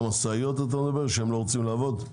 המשאיות שלא רוצות לעבוד?